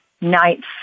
night's